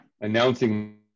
announcing